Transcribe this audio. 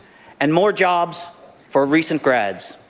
and more jobs for recent grads.